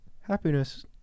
happiness